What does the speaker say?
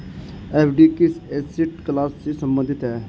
FD किस asset class से संबंधित है?